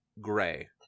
gray